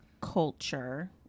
culture